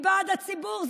היא בעד הציבור,